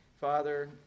Father